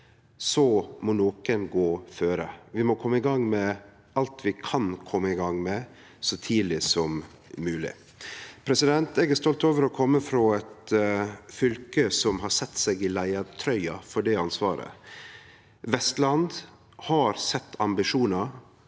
må nokon gå føre. Vi må kome i gang med alt vi kan kome i gang med, så tidleg som mogleg. Eg er stolt over å kome frå eit fylke som har teke på seg leiartrøya for det ansvaret. Vestland har sett ambisjonar